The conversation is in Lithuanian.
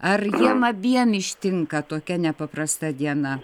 ar jiem abiem ištinka tokia nepaprasta diena